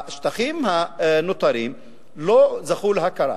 השטחים הנותרים לא זכו להכרה.